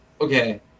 okay